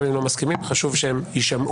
גם אם לא מסכימים, חשוב שהם יישמעו.